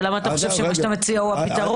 אבל למה אתה חושב שמה שאתה מציע זה הפתרון.